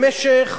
במשך